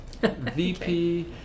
VP